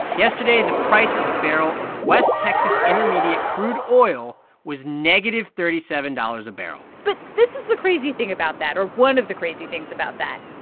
yesterday, the price of a barrel of west texas intermediate crude oil was negative thirty seven dollars a barrel but this is the crazy thing about that or one of the crazy things about that.